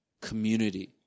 community